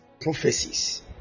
prophecies